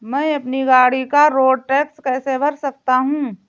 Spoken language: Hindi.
मैं अपनी गाड़ी का रोड टैक्स कैसे भर सकता हूँ?